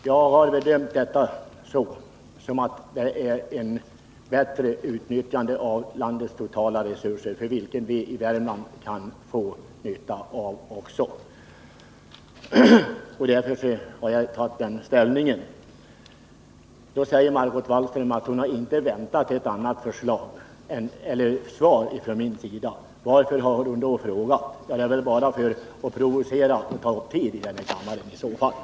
Herr talman! Jag vill bara kort säga att jag har gjort den bedömningen att det finns bättre sätt att ta till vara resurserna med tanke på landets ekonomi i stort och att också vi i Värmland kan få nytta av dessa. Därför har jag intagit den ståndpunkt som jag här redovisat. Margot Wallström säger att hon inte hade väntat något annat svar från mig än det som jag har givit. Varför har hon då ställt sina frågor till mig? Det kan väl i så fall bara ha varit för att provocera och för att ta kammarledamöternas tid i anspråk.